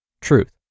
Truth